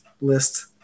list